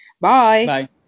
Bye